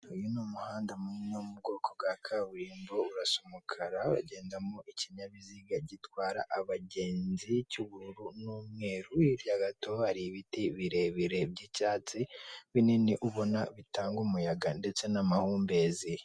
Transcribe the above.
Uyu ni umuhanda munini wo mu bwoko bw'akaburimbo urasa umukara uragendamo ikinyabiziga gitwara abagenzi cy'ubururu n'umweru, hirya gato hari ibiti birebire by'icyatsi binini ubona bitanga umuyaga n'amahumbezi